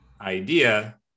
idea